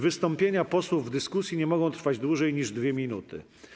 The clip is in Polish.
Wystąpienia posłów w dyskusji nie mogą trwać dłużej niż 2 minuty.